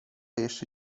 jeszcze